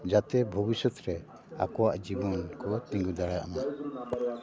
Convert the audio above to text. ᱡᱟᱛᱮ ᱵᱷᱚᱵᱤᱥᱥᱚᱛ ᱨᱮ ᱟᱠᱚᱣᱟᱜ ᱡᱤᱵᱚᱱ ᱠᱚ ᱛᱤᱸᱜᱩ ᱫᱟᱲᱮᱭᱟᱜ ᱢᱟ